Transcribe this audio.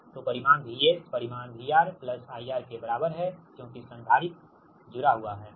तो परिमाण VS परिमाण VR IR के बराबर है क्योंकि संधारित्र जुड़ा हुआ है